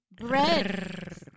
Bread